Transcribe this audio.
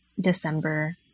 December